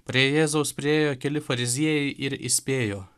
prie jėzaus priėjo keli fariziejai ir įspėjo